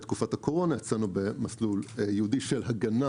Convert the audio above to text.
בתקופת הקורונה יצאנו במסלול ייעודי של הגנה